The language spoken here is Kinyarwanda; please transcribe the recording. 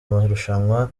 marushanwa